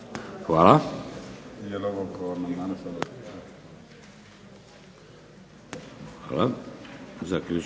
Hvala.